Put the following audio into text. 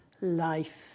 life